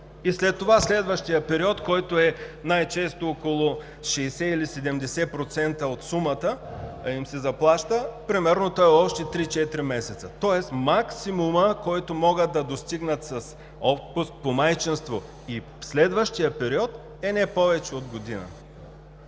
и след това следващият период, който е най-често около 60 или 70% от сумата, им се заплаща? Примерно то е още 3 – 4 месеца, тоест максимумът, който могат да достигнат с отпуск по майчинство и следващият период е не повече от година.